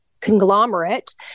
conglomerate